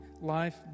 life